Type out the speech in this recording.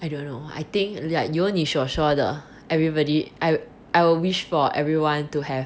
I don't know I think like 如你所说的 everybody I I will wish for everyone to have